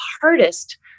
hardest